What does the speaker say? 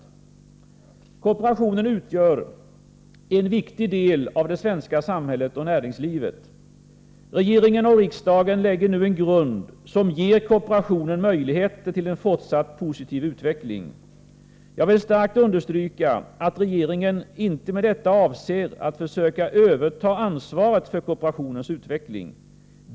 Kooperationen utgör en viktig del av det svenska samhället och näringslivet. Regeringen och riksdagen lägger nu en grund, som ger kooperationen möjligheter till en fortsatt positiv utveckling. Jag vill starkt understryka att regeringen inte med detta avser att försöka överta ansvaret för kooperationens utveckling.